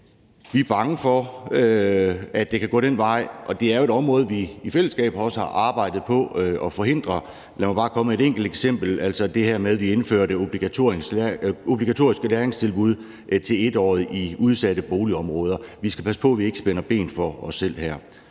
Vi er bange for, at det kan gå den vej, og det er jo et område, vi i fællesskab har arbejdet på at forhindre. Lad mig bare komme med et enkelt eksempel, nemlig det her med, at vi indførte obligatoriske læringstilbud til 1-årige i udsatte boligområder. Vi skal passe på, at vi ikke spænder ben for os selv her.